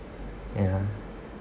ya